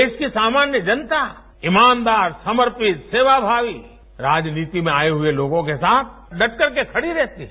देश की सामान्य जनता ईमानदार समर्पित सेवाभावी राजनीति में आये हुए लोगों के साथ डटकरके खड़ी रहती है